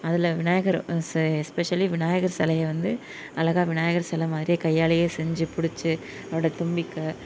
அதில் விநாயகர் எஸ்பெஷலி விநாயகர் சிலைய வந்து அழகாக விநாயகர் சிலை மாதிரியே கையாலையே செஞ்சு புடிச்சி அதோடய தும்பிக்கை